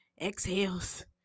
exhales